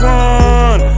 one